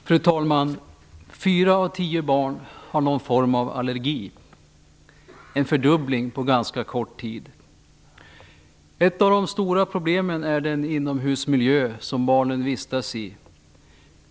Fru talman! Fyra av tio barn har någon form av allergi, en fördubbling på ganska kort tid. Ett av de stora problemen är den inomhusmiljö som barnen vistas i.